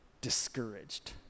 discouraged